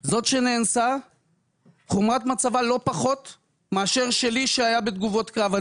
זאת שנאנסה חומרת מצבה לא פחות מאשר שלי שהיה בתגובות קרב.